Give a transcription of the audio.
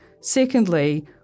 Secondly